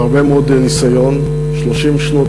30 שנות